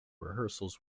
rehearsals